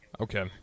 okay